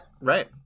Right